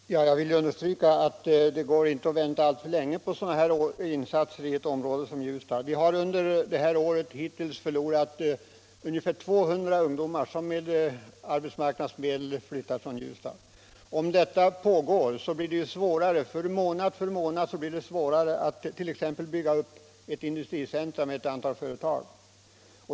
Herr talman! Jag vill understryka att det inte går att vänta alltför länge på sådana här insatser. Vi har hittills under det här året förlorat ungefär 200 ungdomar, som med hjälp av arbetsmarknadsmedel flyttat från Ljusdal. Om detta fortsätter blir det svårare månad för månad att t.ex. bygga upp ett industricentrum med ett antal företag.